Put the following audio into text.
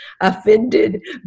offended